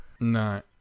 no